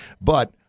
But-